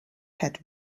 had